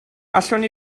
allwn